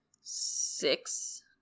six